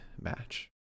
match